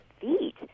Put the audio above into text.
feet